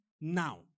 now